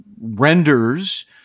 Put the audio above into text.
renders